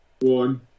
one